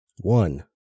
One